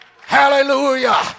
Hallelujah